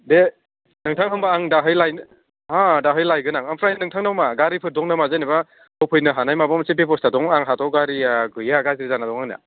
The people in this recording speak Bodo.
दे नोंथां होमबा आं दाहाय लायनो हो दाहाय लायगोन आं ओमफ्राय नोंथांनाव मा गारिफोर दं नामा जेनेबा होफैनो हानाय माबा मोनसे बेब'स्था दङ आंहाथ' गारिया गैया गाज्रि जाना दं आंना